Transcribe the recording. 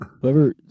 Whoever